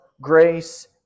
grace